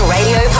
Radio